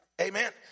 Amen